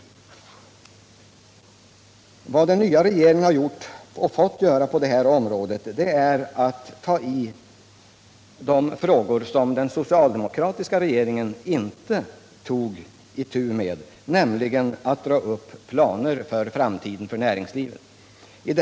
Vad den nya regeringen fått göra på det här området är att ta itu med de frågor som den socialdemokratiska regeringen försummat, nämligen att dra upp planer för näringslivets framtid.